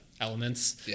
elements